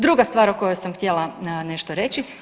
Druga stvar o kojoj sam htjela nešto reći.